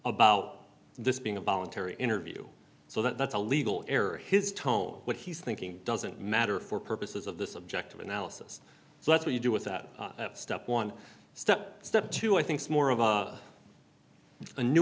about this being a voluntary interview so that that's a legal error his tone what he's thinking doesn't matter for purposes of the subjective analysis so that's what you do with that step one step step two i think's more of a a